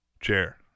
chair